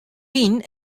wyn